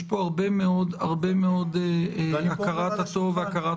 יש פה הרבה מאוד הכרת הטוב והכרת טובה.